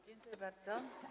Dziękuję bardzo.